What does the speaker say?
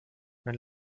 wenn